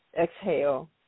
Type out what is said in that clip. exhale